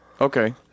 Okay